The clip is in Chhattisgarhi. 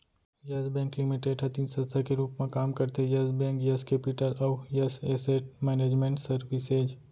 यस बेंक लिमिटेड ह तीन संस्था के रूप म काम करथे यस बेंक, यस केपिटल अउ यस एसेट मैनेजमेंट सरविसेज